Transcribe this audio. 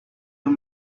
you